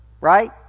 right